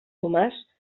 tomàs